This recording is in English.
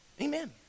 Amen